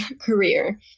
career